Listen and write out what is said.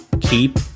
keep